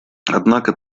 однако